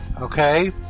Okay